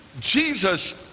Jesus